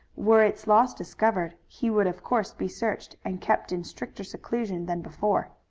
were its loss discovered he would of course be searched and kept in stricter seclusion than before.